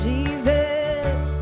Jesus